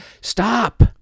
stop